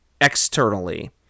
externally